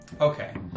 Okay